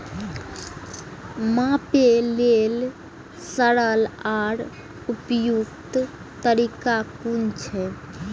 मापे लेल सरल आर उपयुक्त तरीका कुन छै?